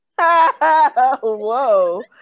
whoa